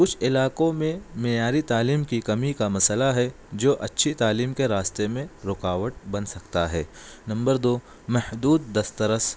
کچھ علاقوں میں معیاری تعلیم کی کمی کا مسئلہ ہے جو اچھی تعلیم کے راستے میں رکاوٹ بن سکتا ہے نمبر دو محدود دستسرس